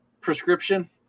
prescription